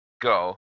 Go